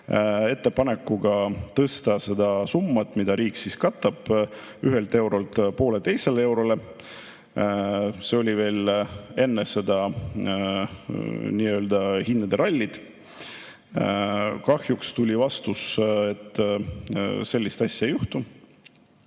ettepanekuga tõsta seda summat, mida riik katab, 1 eurolt 1,5 eurole. See oli veel enne seda nii-öelda hinnarallit. Kahjuks tuli vastus, et sellist asja ei juhtu.